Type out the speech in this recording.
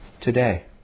today